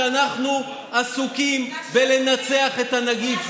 כשאנחנו עסוקים ולנצח את הנגיף.